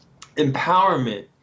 empowerment